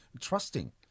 trusting